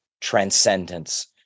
transcendence